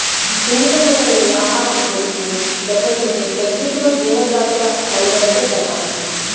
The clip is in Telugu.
సున్నితమైన ఈ ఆహారపు గొలుసు దెబ్బతింటే ప్రకృతిలో జీవజాతుల మనుగడకే ప్రమాదం